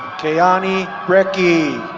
kaeani brekke.